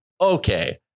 okay